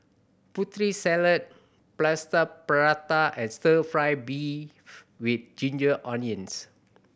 Putri Salad Plaster Prata and Stir Fry beef with ginger onions